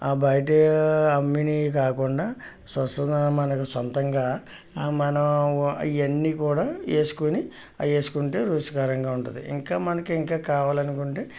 ఆ బయట అమ్మినవి కాకుండా స్వస్థత మనం సొంతంగా మనం ఇవన్నీ కూడా వేసుకుని అవి వేసుకుంటే రుచికరంగా ఉంటుంది ఇంకా మనకి ఇంకా కావాలనుకుంటే